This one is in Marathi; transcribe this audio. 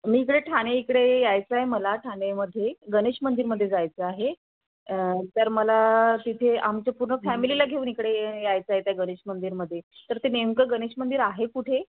मी इकडे ठाणे इकडे यायचं आहे मला ठाणेमध्ये गणेश मंदिरमध्ये जायचं आहे तर मला तिथे आमच्या पूर्ण फॅमिलीला घेऊन इकडे यायचं आहे त्या गणेश मंदिरमध्ये तर ते नेमकं गणेश मंदिर आहे कुठे